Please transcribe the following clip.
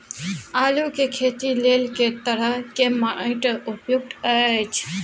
आलू के खेती लेल के तरह के माटी उपयुक्त अछि?